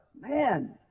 man